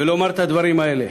ולומר את הדברים האלה: